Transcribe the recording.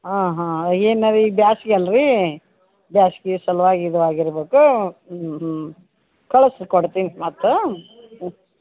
ಹಾಂ ಹಾಂ ಏನು ಅದು ಈಗ ಬ್ಯಾಸ್ಗೆ ಅಲ್ಲ ರಿ ಬ್ಯಾಸ್ಗೆ ಸಲುವಾಗಿ ಇದು ಆಗಿರ್ಬೇಕು ಹ್ಞೂ ಹ್ಞೂ ಕಳ್ಸಿ ಕೊಡ್ತೀನಿ ಮತ್ತೆ ಹ್ಞೂ